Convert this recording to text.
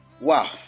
Wow